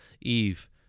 Eve